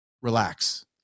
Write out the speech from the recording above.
relax